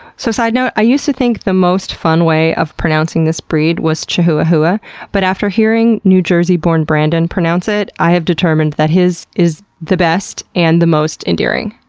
so side note, i used to think the most fun way of pronouncing this breed was chi-hoo-a-hoo-a but after hearing new jersey-born brandon pronounce it, i have determined that his is the best and the most endearing.